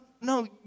no